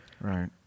right